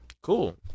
Cool